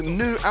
new